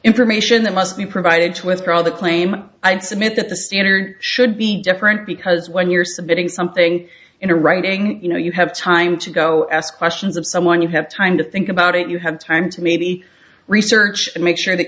information that must be provided to withdraw the claim i would submit that the standard should be different because when you're submitting something in a writing you know you have time to go ask questions of someone you have time to think about it you have time to maybe research and make sure that